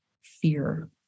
fear